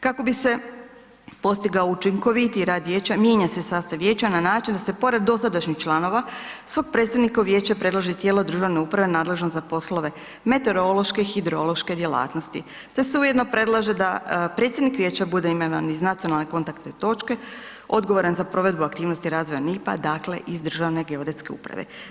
Kako bi se postigao učinkovitiji rad vijeća, mijenja se sastav vijeća na način da se pored dosadašnjih članova sva predstavniku vijeća predloži tijelo državne uprave nadležno za poslove meteorološke i hidrološke djelatnosti, te se ujedno predlaže da predsjednik vijeća bude imenovan iz nacionalne kontaktne točke odgovoran za provedbu aktivnosti razvoja NIPP-a, dakle iz Državne geodetske uprave.